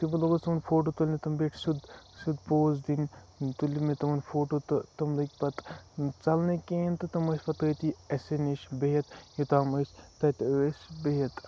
تہٕ بہٕ لوٚگُس تِمَن فوٹو تُلنہٕ تِم بیٖٹھ سیود سیوٚد پوز دِنہٕ تُلۍ مےٚ تِمَن فوٹو تہٕ تِم لٔگۍ پَتہٕ ژَلنہٕ کِہیٖنۍ تہٕ تِم ٲسۍ پَتہٕ تٔتی اَسے نِش بِہِتھ یوٚتام أسۍ تَتہِ ٲسۍ بِہِتھ